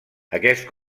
aquest